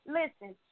listen